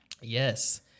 Yes